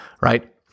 right